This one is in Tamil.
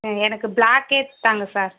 ஆ எனக்கு ப்ளாக்கே தாங்க சார்